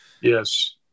Yes